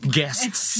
Guests